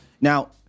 Now